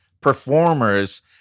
performers